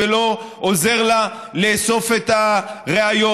ולא עוזר לה לאסוף את הראיות.